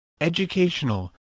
educational